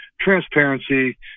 transparency